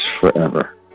forever